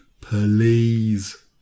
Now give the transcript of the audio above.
Please